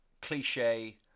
cliche